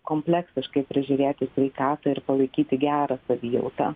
kompleksiškai prižiūrėti sveikatą ir palaikyti gerą savijautą